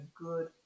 good